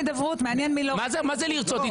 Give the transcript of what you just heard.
מעניין מי לא רוצה הידברות.